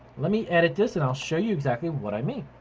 let me edit this and i'll show you exactly what i mean.